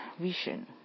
vision